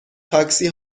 تاکسی